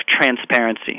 transparency